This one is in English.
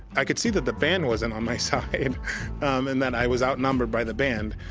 i could see that the band wasn't on my side and that i was outnumbered by the band,